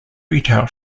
retail